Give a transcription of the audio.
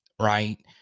right